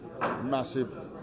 massive